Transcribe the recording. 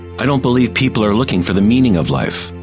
i don't believe people are looking for the meaning of life,